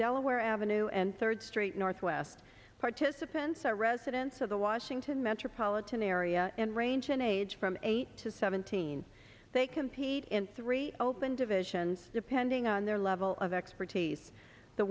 delaware avenue and third street northwest participants are residents of the washington metropolitan area and range in age from eight to seventeen they compete in three open divisions depending on their level of expertise the